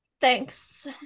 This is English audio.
Thanks